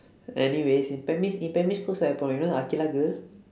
anyways in primary in primary school also happen remember the aqilah girl